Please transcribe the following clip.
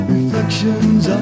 Reflections